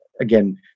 again